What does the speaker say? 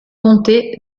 conté